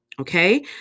Okay